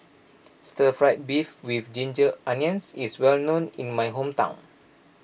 Stir Fried Beef with Ginger Onions is well known in my hometown